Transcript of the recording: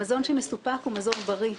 המזון שמסופק הוא מזון בריא.